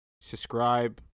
subscribe